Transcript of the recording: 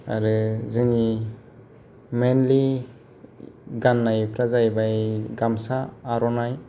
आरो जोंनि मेनलि गाननायफ्रा जाहैबाय गामसा आर'नाय